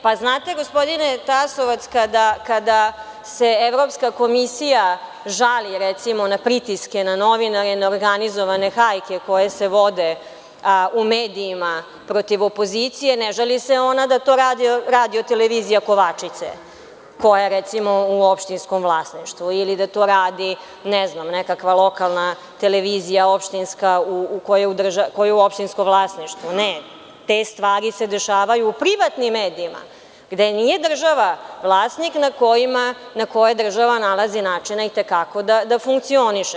Pa znate gospodine Tasovac, kada se Evropska komisija žali, recimo, na pritiske na novinare, na organizovane hajke koje se vode u medijima protiv opozicije, ne žali se ona da to radi Radio televizija Kovačica koja je recimo u opštinskom vlasništvu ili da to radi, ne znam, nekakva lokalna televizija koja je u opštinskom vlasništvu, ne, te stvari se dešavaju u privatnim medijima gde nije država vlasnik na koje država nalazi načina itekako da funkcioniše.